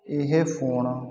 ਇਹ ਫੋਨ